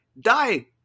die